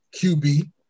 QB